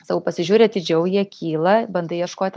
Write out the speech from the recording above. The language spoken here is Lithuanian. sakau pasižiūri atidžiau jie kyla bandai ieškoti